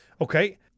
Okay